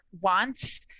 wants